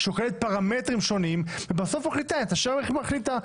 שוקלת פרמטרים שונים ובסוף מחליטה את אשר מחליטה.